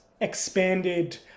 expanded